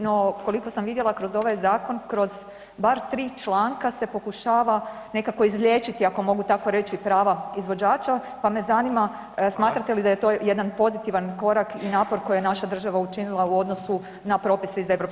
No koliko sam vidjela kroz ovaj zakon, kroz bar tri članka se pokušava nekako izliječiti ako mogu tako reći prava izvođača, pa me zanima smatrate li da je to jedan pozitivan korak i napor koji je naša država učinila u odnosu na propise iz EU?